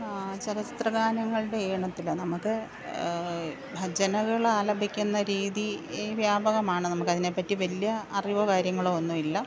ചലച്ചിത്രഗാനങ്ങളുടെ ഈണത്തിൽ നമുക്ക് ഭജനകൾ ആലപിക്കുന്ന രീതി വ്യാപകമാണ് നമുക്കതിനെപ്പറ്റി വലിയ അറിവോ കാര്യങ്ങളോ ഒന്നും ഇല്ല